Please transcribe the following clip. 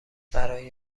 برای